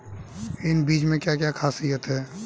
इन बीज में क्या क्या ख़ासियत है?